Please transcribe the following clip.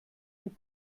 und